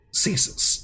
ceases